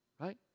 right